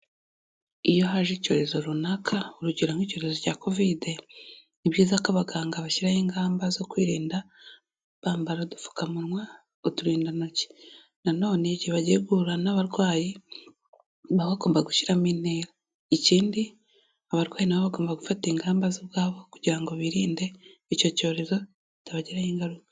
Iyo haje icyorezo runaka, urugero nk'irezo cya Kovide, ni byiza ko abaganga bashyiraho ingamba zo kwirinda, bambara udupfukamunwa, uturindantoki, nanone igihe bagiye guhura n'abarwayi baba bagomba gushyiramo intera, ikindi abarwayi na bo bagomba gufata ingamba z'ubwabo kugira ngo birinde icyo cyorezo bitabagiraho ingaruka.